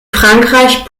frankreich